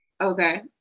Okay